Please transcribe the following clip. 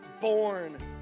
born